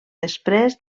després